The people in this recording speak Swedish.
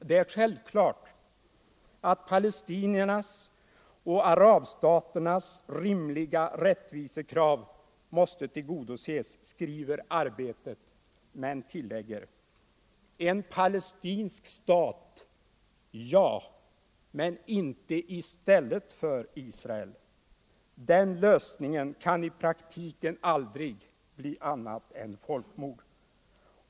Det är ”självklart, att palestiniernas — och arabstaternas — rimliga rättvisekrav måste tillgodoses”, skriver Arbetet men tillägger: ”En palestinsk stat ja, men inte i stället för Israel. Den lösningen kan i praktiken aldrig bli annat än folkmord.